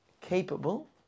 capable